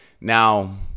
Now